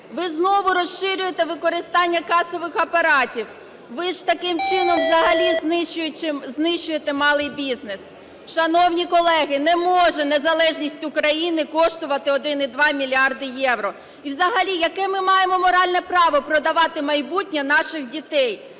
ви знову розширюєте використання касових апаратів. Ви ж таким чином взагалі знищуєте малий бізнес. Шановні колеги, не може незалежність України коштувати 1,2 мільярда євро. І взагалі яке ми маємо моральне право продавати майбутнє наших дітей?